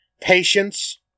Patience